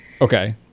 Okay